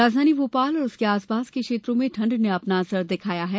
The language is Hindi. राजधानी भोपाल तथा उसके आसपास के क्षेत्रों में ठंड ने अपना असर दिखाया है